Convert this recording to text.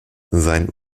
sein